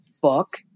book